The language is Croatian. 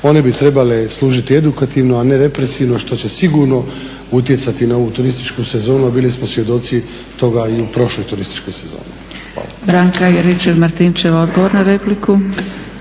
One bi trebale služiti edukativno a ne represivno što će sigurno utjecati na ovu turističku sezonu a bili smo svjedoci toga i u prošloj turističkoj sezoni.